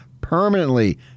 permanently